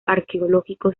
arqueológico